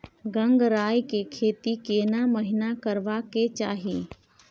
गंगराय के खेती केना महिना करबा के चाही?